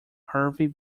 hervey